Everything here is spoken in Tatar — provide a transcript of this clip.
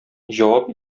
җавап